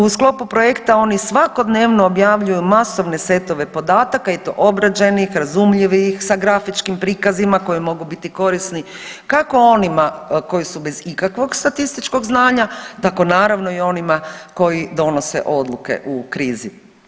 U sklopu projekta oni svakodnevno objavljuju masovne setove podataka i to obrađenih razumljivih sa grafičkim prikazima koji mogu biti korisni kako onima koji su bez ikakvog statističkog znanja tako naravno i onima koji donose odluke u krizi.